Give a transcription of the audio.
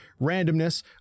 randomness